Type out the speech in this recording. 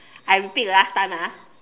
I repeat the last time ah